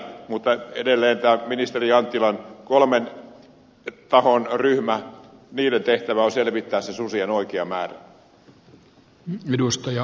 mutta tämän ministeri anttilan kolmen tahon ryhmän tehtävä on selvittää se susien oikea määrä